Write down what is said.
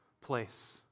place